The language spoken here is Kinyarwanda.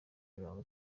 mirongo